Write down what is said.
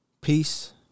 Peace